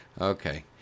Okay